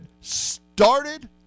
started